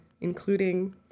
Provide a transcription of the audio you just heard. including